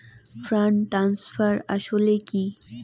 Fund transfer আসলে কী?